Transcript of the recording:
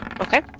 Okay